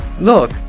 Look